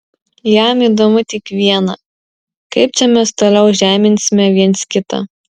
jam įdomu tik viena kaip čia mes toliau žeminsime viens kitą